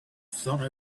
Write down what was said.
thought